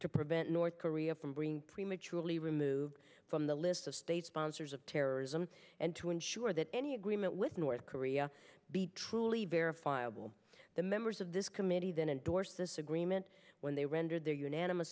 to prevent north korea from bringing prematurely removed from the list of state sponsors of terrorism and to ensure that any agreement with north korea be truly verifiable the members of this committee then endorse this agreement when they rendered their unanimous